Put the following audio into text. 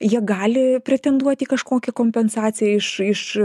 jie gali pretenduoti į kažkokią kompensaciją iš iš